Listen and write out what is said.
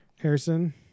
harrison